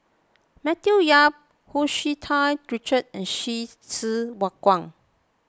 Matthew Yap Hu Tsu Tau Richard and Hsu Tse Kwang